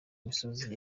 misozi